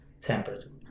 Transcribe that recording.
temperature